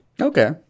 Okay